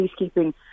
peacekeeping